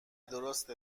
درسته